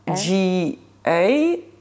G-A